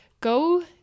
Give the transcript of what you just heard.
Go